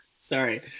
Sorry